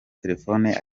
telefone